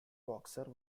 boxer